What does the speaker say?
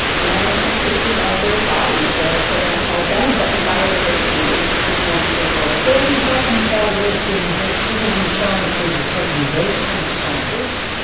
and in some cases of their bodies, a program called bellybutton biodiversity is is one example. ah bellybutton but biodiversity! and you've got citizen science people taking those kind of samples?